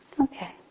Okay